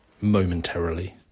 momentarily